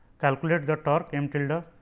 calculate the torque m tilde.